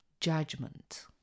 judgment